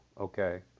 okay